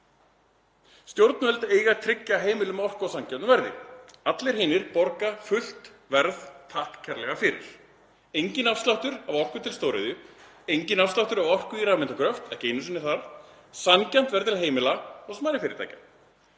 Stjórnvöld eiga að tryggja heimilum orku á sanngjörnu verði. Allir hinir borga fullt verð, takk kærlega fyrir. Enginn afsláttur af orku til stóriðju, enginn afsláttur af orku í rafmyntargröft, ekki einu sinni þar. Sanngjarnt verð til heimila og smærri fyrirtækja.